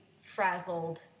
frazzled